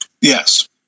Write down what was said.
Yes